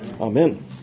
Amen